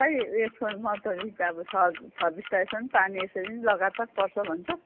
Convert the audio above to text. खै उयेसको म त छ छब्बिस तारिकसम्म पानी यसरी नै लगातार पर्छ भन्छ